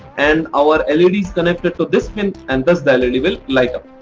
and our led is connected to this pin and thus the led will light up.